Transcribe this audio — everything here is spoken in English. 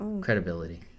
Credibility